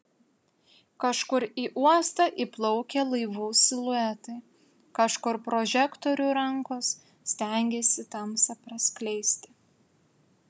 kažkur į uostą įplaukia laivų siluetai kažkur prožektorių rankos stengiasi tamsą praskleisti